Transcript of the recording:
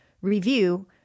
review